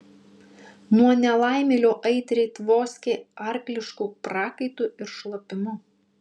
nuo nelaimėlio aitriai tvoskė arklišku prakaitu ir šlapimu